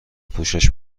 پوشش